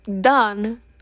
done